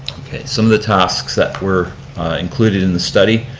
some of the tasks that were included in the study,